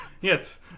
yes